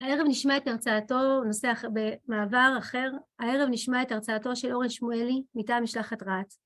הערב נשמע את הרצאתו נושא אחר במעבר אחר, הערב נשמע את הרצאתו של אורן שמואלי מטעם משלחת רהט